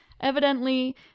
Evidently